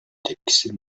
tepkisi